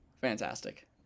fantastic